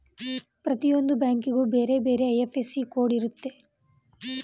ಪ್ರತಿಯೊಂದು ಬ್ಯಾಂಕಿಗೂ ಬೇರೆ ಬೇರೆ ಐ.ಎಫ್.ಎಸ್.ಸಿ ಕೋಡ್ ಇರುತ್ತೆ